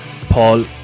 Paul